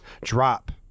drop